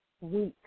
week